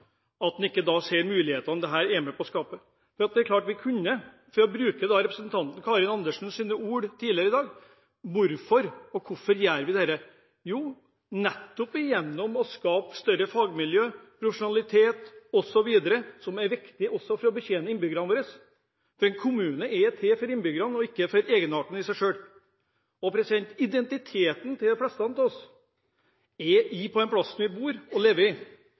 med på å skape. Det er klart vi kunne. For å bruke representanten Karin Andersens ord tidligere i dag: Hvorfor gjør vi dette? Jo, nettopp for å skape større fagmiljø, profesjonalitet osv., som er viktig for å betjene innbyggerne våre. Men kommunen er til for innbyggerne og ikke for egenarten i seg selv. Identiteten til de fleste av oss er på den plassen hvor vi bor og lever, ikke nødvendigvis der en kommunegrense som er satt i